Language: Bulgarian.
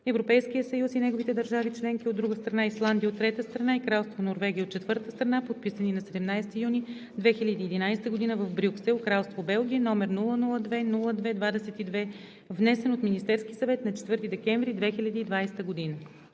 Европейския съюз и неговите държави членки, от друга страна, Исландия, от трета страна, и Кралство Норвегия, от четвърта страна, подписани на 17 юни 2011 г. в Брюксел, Кралство Белгия, № 002-02-22, внесен от Министерския съвет на 4 декември 2020 г.